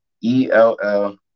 E-L-L